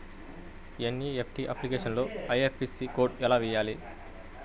NEFT అప్లికేషన్లో IFSC code వేయాలా?